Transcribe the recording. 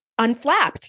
unflapped